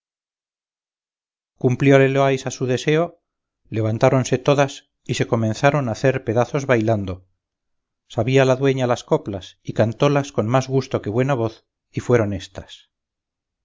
cumplióle loaysa su deseo levantáronse todas y se comenzaron a hacer pedazos bailando sabía la dueña las coplas y cantólas con más gusto que buena voz y fueron éstas